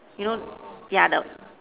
you know yeah the